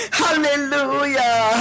hallelujah